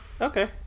Okay